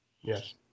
Yes